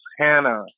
Hannah